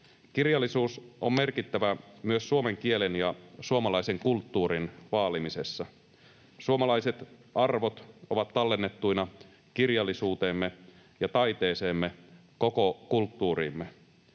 Kirjallisuus on merkittävää myös suomen kielen ja suomalaisen kulttuurin vaalimisessa. Suomalaiset arvot ovat tallennettuina kirjallisuuteemme ja taiteeseemme — koko kulttuuriimme.